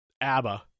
ABBA